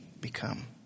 become